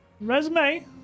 Resume